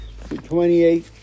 28